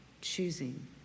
Choosing